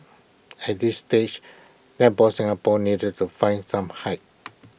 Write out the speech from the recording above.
at this stage netball Singapore needed to find some height